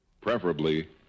preferably